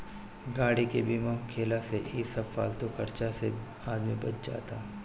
गाड़ी के बीमा होखला से इ सब फालतू खर्चा से आदमी बच जात हअ